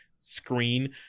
screen